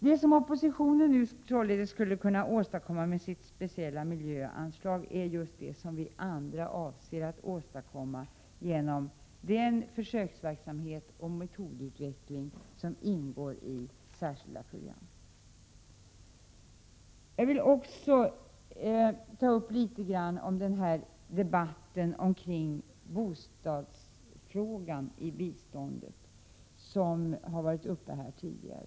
Det som oppositionen nu skulle kunna åstadkomma med sitt speciella miljöanslag är just det som vi andra avser att åstadkomma genom den försöksverksamhet och metodutveckling som ingår i särskilda program. Jag vill också litet grand beröra bostadsfrågan i biståndet som har varit uppe i debatten tidigare.